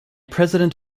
president